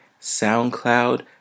SoundCloud